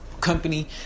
company